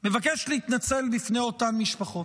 אני מבקש להתנצל בפני אותן משפחות,